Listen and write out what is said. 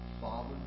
Father